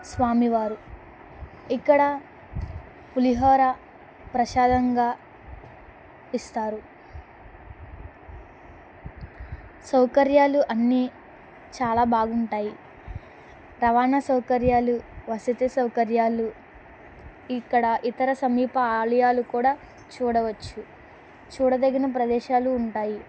స్వామి వారు ఇక్కడ పులిహోర ప్రసాదంగా ఇస్తారు సౌకర్యాలు అన్నీ చాలా బాగుంటాయి రవాణా సౌకర్యాలు వసతి సౌకర్యాలు ఇక్కడ ఇతర సమీప ఆలయాలు కూడా చూడవచ్చు చూడదగిన ప్రదేశాలు ఉంటాయి